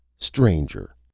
stranger!